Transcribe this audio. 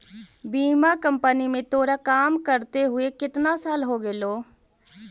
बीमा कंपनी में तोरा काम करते हुए केतना साल हो गेलो